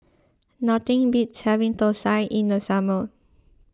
nothing beats having Thosai in the summer